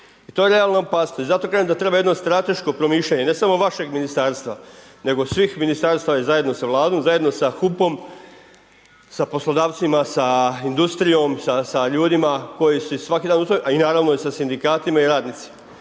I to je realna opasnost. I zato kažem da treba jedno strateško promišljanje, ne samo vašeg Ministarstva, nego svih Ministarstava zajedno sa Vladom, zajedno sa HUP-om, sa poslodavcima, sa industrijom, sa ljudima koji su svaki dan…/Govornik se ne razumije/…, a i naravno i sa Sindikatima i radnici.